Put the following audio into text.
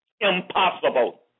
Impossible